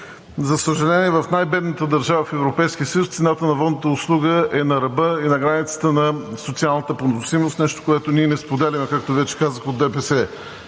За съжаление, в най-бедната държава в Европейския съюз цената на водната услуга е на ръба и на границата на социалната поносимост – нещо, което ние не споделяме, както вече казах, от ДПС.